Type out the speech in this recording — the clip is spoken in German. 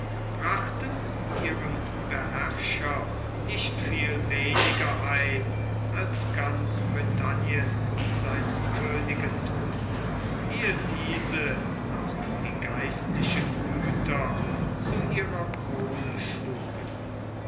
brachten ihrem beherrscher nicht viel weniger ein als ganz britannien seinen königen trug ehe diese noch die geistlichen güter zu ihrer krone schlugen